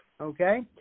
okay